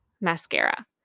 mascara